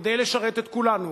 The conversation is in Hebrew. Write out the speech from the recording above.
כדי לשרת את כולנו,